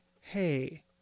Hey